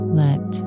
let